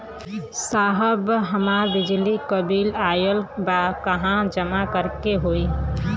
साहब हमार बिजली क बिल ऑयल बा कहाँ जमा करेके होइ?